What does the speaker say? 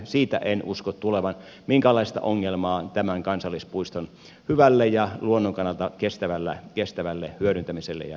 siitä en usko tulevan minkäänlaista ongelmaa tämän kansallispuiston hyvälle ja luonnon kannalta kestävälle hyödyntämiselle ja käytölle